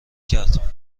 کرد